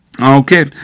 Okay